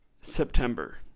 September